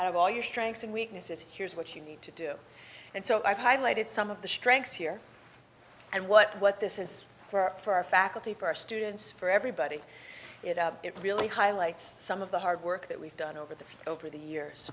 out of all your strengths and weaknesses here's what you need to do and so i've highlighted some of the strengths here and what what this is for for our faculty for our students for everybody it really highlights some of the hard work that we've done over the phone over the years